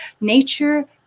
nature